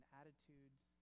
attitudes